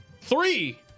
Three